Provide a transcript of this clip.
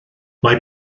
mae